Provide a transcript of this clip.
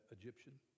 Egyptian